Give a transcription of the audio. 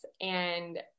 And-